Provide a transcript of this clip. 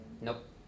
Nope